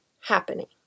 happening